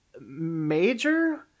major